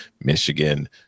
Michigan